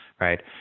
right